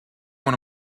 want